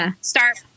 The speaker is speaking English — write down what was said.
start